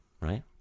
Right